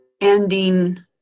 ending